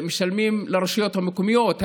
משלמים לרשויות המקומיות.